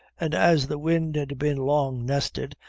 and as the wind had been long nested,